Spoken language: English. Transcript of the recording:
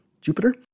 Jupiter